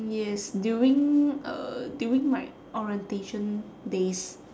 yes during uh during my orientation days